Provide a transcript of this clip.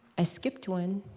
i skipped one.